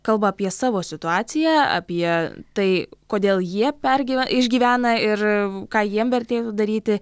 kalba apie savo situaciją apie tai kodėl jie pergyve išgyvena ir ką jiem vertėtų daryti